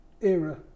era